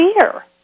fear